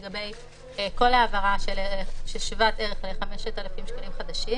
לגבי כל העברה ששוות ערך ל-5,000 שקלים חדשים